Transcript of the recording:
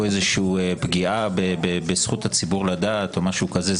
איזושהי פגיעה בזכות הציבור לדעת או משהו כזה,